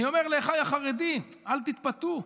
אני אומר לאחיי החרדים: אל תתפתו.